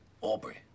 Aubrey